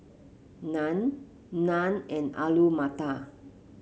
Naan Naan and Alu Matar